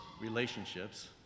relationships